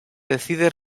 decide